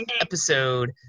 episode